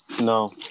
No